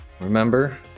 Remember